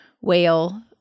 whale